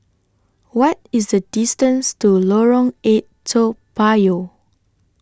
What IS The distance to Lorong eight Toa Payoh